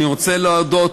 שלא יתבלבלו.